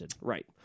Right